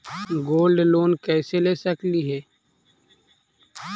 Gold loan कैसे ले सकली हे?